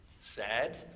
Sad